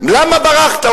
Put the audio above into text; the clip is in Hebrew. למה ברחת?